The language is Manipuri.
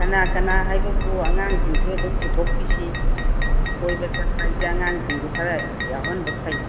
ꯀꯅꯥ ꯀꯅꯥ ꯍꯥꯏꯕꯕꯨ ꯑꯉꯥꯡꯁꯤꯡꯁꯨ ꯑꯗꯨꯝ ꯄꯨꯊꯣꯛꯄꯤꯁꯤ ꯀꯣꯏꯕ ꯆꯠꯄꯑꯁꯦ ꯑꯉꯥꯡꯁꯤꯡꯗꯨ ꯈ꯭ꯔ ꯌꯥꯎꯍꯟꯕ ꯐꯩ